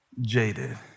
jaded